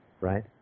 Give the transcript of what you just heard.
right